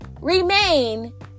remain